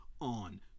on